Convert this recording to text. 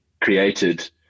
created